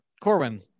Corwin